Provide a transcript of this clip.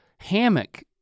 hammock